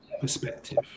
perspective